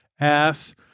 ass